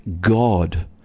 God